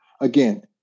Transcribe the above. Again